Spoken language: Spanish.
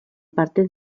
parte